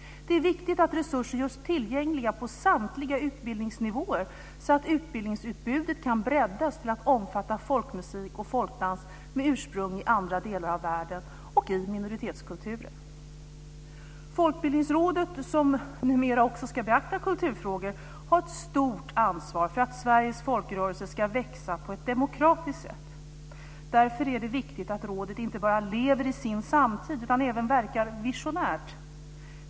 Det är viktigt att resurser görs tillgängliga på samtliga utbildningsnivåer, samt att utbildningsutbudet kan breddas till att omfatta folkmusik och folkdans med ursprung i andra delar av världen och i minoritetskulturer. Folkbildningsrådet, som numera också ska beakta kulturfrågor, har ett stort ansvar för att Sveriges folkrörelser ska växa på ett demokratiskt sätt. Därför är det viktigt att rådet inte bara lever i sin samtid utan även verkar visionärt.